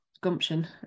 gumption